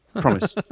promise